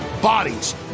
bodies